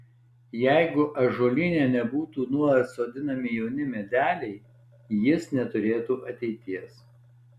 jeigu ąžuolyne nebūtų nuolat sodinami jauni medeliai jis neturėtų ateities